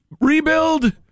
rebuild